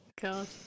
God